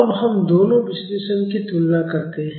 अब हम दोनों विश्लेषणों की तुलना करते हैं